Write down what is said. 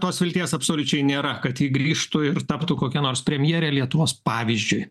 tos vilties absoliučiai nėra kad ji grįžtų ir taptų kokia nors premjere lietuvos pavyzdžiui